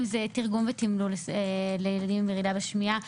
אם זה תרגום ותמלול לילדים עם ירידה בשמיעה,